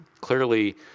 clearly